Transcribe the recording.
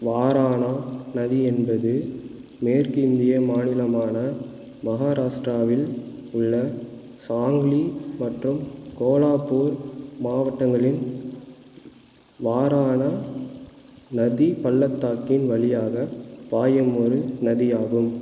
வாரானா நதி என்பது மேற்கு இந்திய மாநிலமான மகாராஷ்டிராவில் உள்ள சாங்லி மற்றும் கோலாப்பூர் மாவட்டங்களின் வாரானா நதி பள்ளத்தாக்கின் வழியாக பாயும் ஒரு நதியாகும்